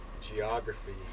Geography